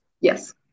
Yes